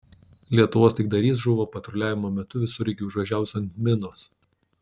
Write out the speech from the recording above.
lietuvos taikdarys žuvo patruliavimo metu visureigiui užvažiavus ant minos